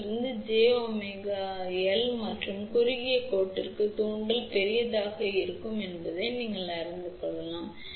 எனவே தூண்டல் உயர் மின்மறுப்பு பாதையை வழங்கும் Z jωL மற்றும் குறுகிய கோட்டுக்கு தூண்டல் பெரியதாக இருக்கும் என்பதை நாங்கள் அறிவோம் எனவே மின்மறுப்பு பெரியதாக இருக்கும்